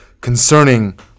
concerning